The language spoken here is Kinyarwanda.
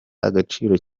agaciro